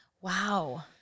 wow